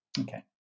Okay